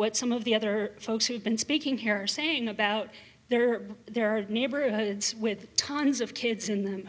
what some of the other folks who've been speaking here are saying about there there are neighborhoods with tons of kids in them